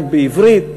רק בעברית.